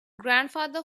grandfather